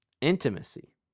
Intimacy